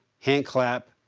handclap,